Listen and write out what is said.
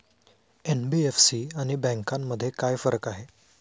NBFC आणि बँकांमध्ये काय फरक आहे?